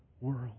world